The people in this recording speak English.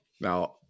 Now